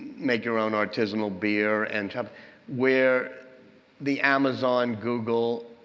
make your own artisanal beer and um where the amazon, google,